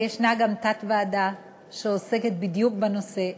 וישנה גם תת-ועדה שעוסקת בדיוק בנושא,